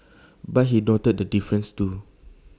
but he noted their differences too